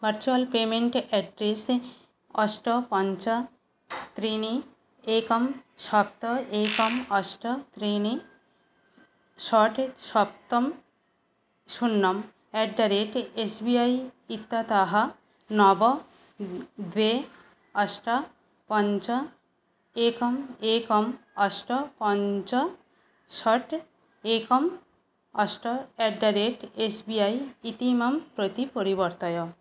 virtual payment address अष्ट पञ्च त्रीणि एकं सप्त एकम् अष्ट त्रीणि षट् सप्त शून्यम् at the rate S B I इत्यतः नव द्वे अष्ट पञ्च एकम् एकम् अष्ट पञ्च षट् एकम् अष्ट at the rate S B I इतीमं प्रति परिवर्तय